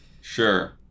Sure